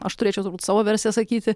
aš turėčiau turbūt savo versiją sakyti